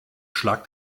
schlag